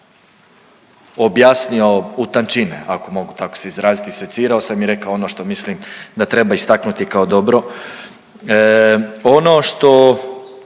objasnio u tančine, ako mogu tako se izraziti, secirao sam i rekao ono što mislim da treba istaknuti kao dobro. Ono što,